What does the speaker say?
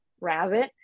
rabbit